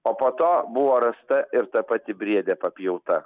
o po to buvo rasta ir ta pati briedė papjauta